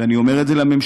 ואני אומר את זה לממשלה,